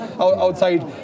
outside